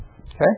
Okay